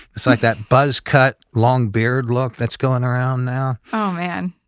it's like that buzz cut long beard look that's going around now. oh man.